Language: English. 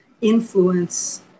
influence